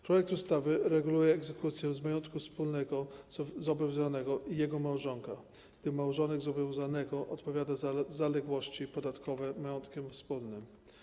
Projekt ustawy reguluje egzekucję z majątku wspólnego zobowiązanego i jego małżonka, gdy małżonek zobowiązanego odpowiada za zaległości podatkowe majątkiem wspólnym.